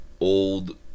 old